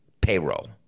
payroll